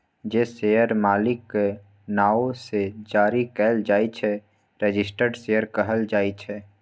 जे शेयर मालिकक नाओ सँ जारी कएल जाइ छै रजिस्टर्ड शेयर कहल जाइ छै